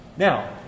Now